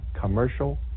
commercial